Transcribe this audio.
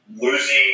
losing